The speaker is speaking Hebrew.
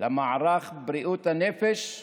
למערך בריאות הנפש,